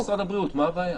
מנכ"ל משרד הבריאות, מה הבעיה?